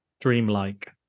dreamlike